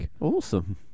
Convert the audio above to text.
Awesome